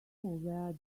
where